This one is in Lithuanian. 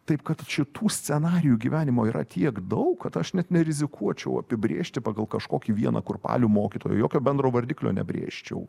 taip kad šitų scenarijų gyvenimo yra tiek daug kad aš net nerizikuočiau apibrėžti pagal kažkokį vieną kurpalių mokytojo jokio bendro vardiklio nebrėžčiau